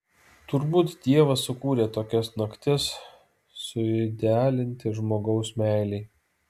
turbūt dievas sukūrė tokias naktis suidealinti žmogaus meilei